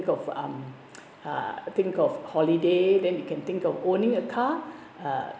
of um uh think of holiday then you can think of owning a car uh